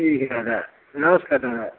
ठीक है दादा नमस्कार दादा